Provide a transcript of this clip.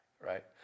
right